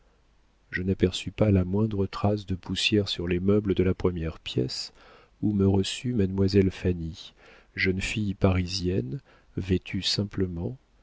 neuf je n'aperçus pas la moindre trace de poussière sur les meubles de la première pièce où me reçut mademoiselle fanny jeune fille parisienne vêtue simplement